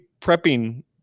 prepping